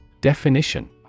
Definition